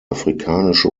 afrikanische